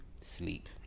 sleep